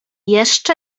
jeszcze